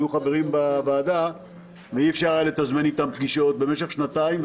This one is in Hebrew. היו חברים בוועדה ואי אפשר היה לתזמן איתם פגישות במשך שנתיים,